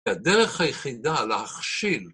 הדרך היחידה להכשיל